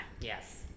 Yes